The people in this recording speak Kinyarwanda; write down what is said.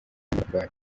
ingwate